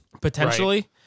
Potentially